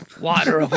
Water